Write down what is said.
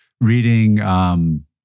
Reading